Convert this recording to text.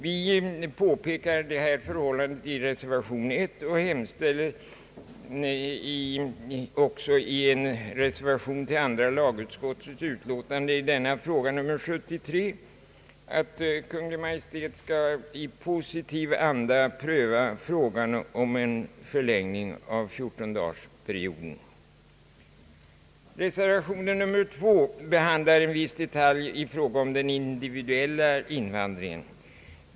Vi pekar på detta förhållande i reservation 1 och hemställer även i en reservation till andra lagutskottets utlåtande nr 73 i denna fråga att Kungl. Maj:t skall i positiv anda pröva önskemålet om en förlängning av 14-dagarsperioden. Reservation 2 behandlar en detalj som gäller den individuella invandringen.